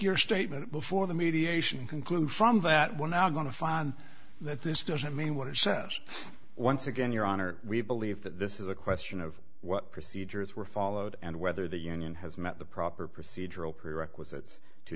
your statement before the mediation and conclude from that we're now going to find that this doesn't mean what it says once again your honor we believe that this is a question of what procedures were followed and whether the union has met the proper procedural prerequisites to